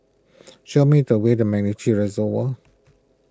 show me the way to MacRitchie Reservoir